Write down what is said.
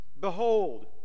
behold